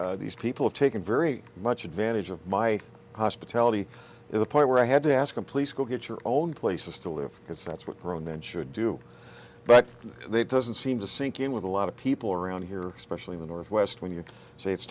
and these people have taken very much advantage of my hospitality to the point where i had to ask them please go get your own places to live because that's what grown men should do but they doesn't seem to sink in with a lot of people around here especially in the northwest when you say it's